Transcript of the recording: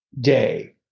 day